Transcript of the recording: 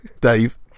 Dave